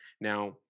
Now